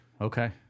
Okay